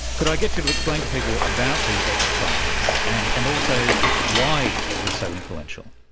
could i get you to explain to people about the x prize and and also why it was so influential?